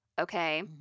okay